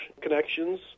connections